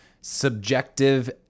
subjective